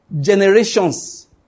generations